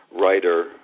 writer